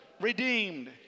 redeemed